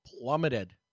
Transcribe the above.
plummeted